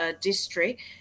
district